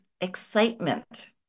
excitement